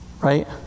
Right